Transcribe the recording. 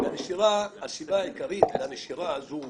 הסיבה העיקרית לנשירה הזו,